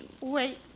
Wait